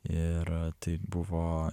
ir tai buvo